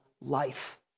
life